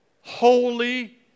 holy